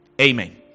Amen